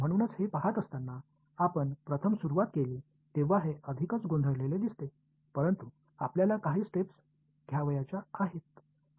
म्हणूनच हे पहात असताना आपण प्रथम सुरुवात केली तेव्हा हे अधिकच गोंधळलेले दिसते परंतु आपल्याला काही स्टेप्स घ्यावयायचे आहेत